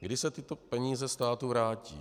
Kdy se tyto peníze státu vrátí?